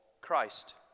Christ